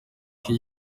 iki